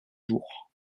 jour